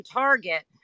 target